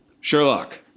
Sherlock